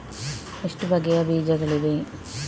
ಎಷ್ಟು ಬಗೆಯ ಬೀಜಗಳಿವೆ?